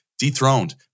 dethroned